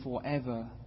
forever